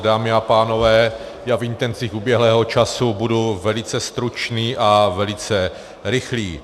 Dámy a pánové, já v intencích uběhlého času budu velice stručný a velice rychlý.